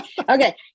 Okay